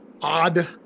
odd